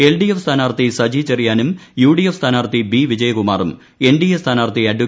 L D F സ്ഥാനാർത്ഥി സജി ചെറിയാനും U D F സ്ഥാനാർത്ഥി ബി വിജയകുമാറും എൻ ഡി എ സ്ഥാനാർത്ഥി അഡ്വ